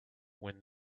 when